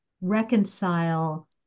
reconcile